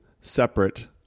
separate